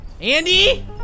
Andy